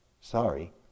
Sorry